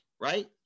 right